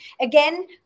again